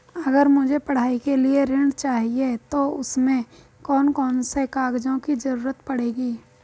अगर मुझे पढ़ाई के लिए ऋण चाहिए तो उसमें कौन कौन से कागजों की जरूरत पड़ेगी?